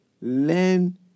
learn